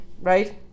right